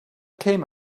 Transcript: came